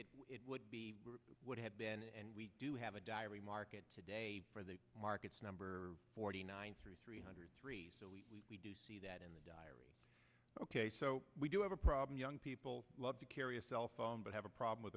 existed it would be would have been and we do have a diary market today for the markets number forty nine three three hundred three so we do see that in the diary ok so we do have a problem young people love to carry a cell phone but have a problem with